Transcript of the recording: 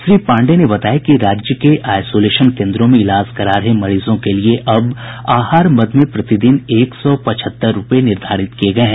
श्री पांडेय ने बताया कि राज्य के आईसोलेशन केन्द्रों में इलाज करा रहे मरीजों के लिए अब आहार मद में प्रतिदिन एक सौ पचहत्तर रूपये निर्धारित किये गये हैं